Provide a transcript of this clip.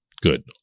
Good